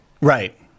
Right